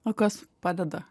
o kas padeda